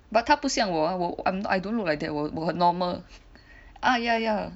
but 她不像我 I I don't look like that one 我很 normal ah ya ya ya